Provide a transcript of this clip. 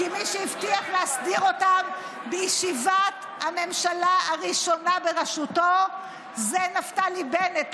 כי מי שהבטיח להסדיר אותם בישיבת הממשלה הראשונה בראשותו זה נפתלי בנט,